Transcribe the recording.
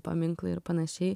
paminklai ir panašiai